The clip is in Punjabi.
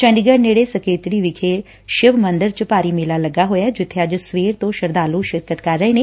ਚੰਡੀਗੜ ਨੇੜੇ ਸਕੇਤੜੀ ਵਿਖੇ ਸ਼ਿਵ ਮੰਦਰ ਚ ਭਾਰੀ ਮੇਲਾ ਲਗਾ ਹੋਇਆ ਜਿੱਬੇ ਅੱਜ ਸਵੇਰ ਤੋ ਸ਼ਰਧਾਲੁ ਸ਼ਿਰਕਤ ਕਰ ਰਹੇ ਨੇ